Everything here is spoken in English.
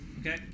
Okay